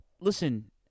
listen